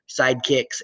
sidekicks